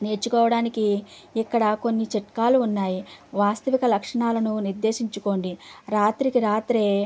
నేర్చుకోవడానికి ఇక్కడ కొన్ని చిట్కాలు ఉన్నాయి వాస్తవిక లక్షణాలను నిర్దేశించుకోండి రాత్రికి రాత్రే